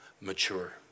mature